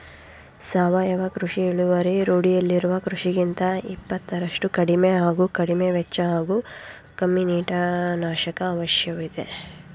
ಸಾವಯವ ಕೃಷಿ ಇಳುವರಿ ರೂಢಿಯಲ್ಲಿರುವ ಕೃಷಿಗಿಂತ ಇಪ್ಪತ್ತರಷ್ಟು ಕಡಿಮೆ ಹಾಗೂ ಕಡಿಮೆವೆಚ್ಚ ಹಾಗೂ ಕಮ್ಮಿ ಕೀಟನಾಶಕ ಅವಶ್ಯವಿದೆ